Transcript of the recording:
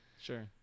Sure